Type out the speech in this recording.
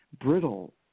brittle